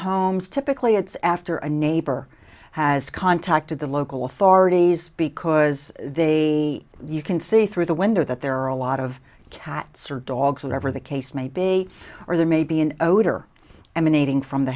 homes typically it's after a neighbor has contacted the local authorities because they you can see through the window that there are a lot of cats or dogs whatever the case may be or there may be an odor